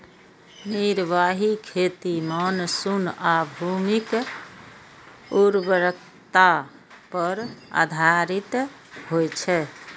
निर्वाह खेती मानसून आ भूमिक उर्वरता पर आधारित होइ छै